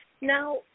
Now